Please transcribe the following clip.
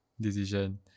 decision